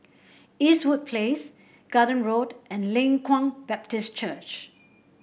Eastwood Place Garden Road and Leng Kwang Baptist Church